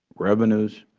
revenues,